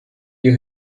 you